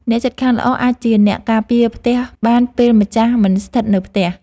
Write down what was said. អ្នកជិតខាងល្អអាចជាអ្នកការពារផ្ទះបានពេលម្ចាស់មិនស្ថិតនៅផ្ទះ។